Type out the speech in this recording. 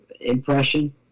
impression